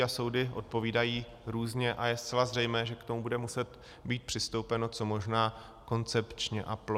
A soudy odpovídají různě a je zcela zřejmé, že k tomu bude muset být přistoupeno co možná koncepčně a plošně.